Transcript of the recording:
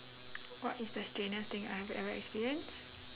what is the strangest thing I have ever experience